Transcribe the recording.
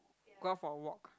go out for a walk